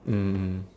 mm